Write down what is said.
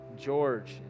George